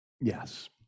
Yes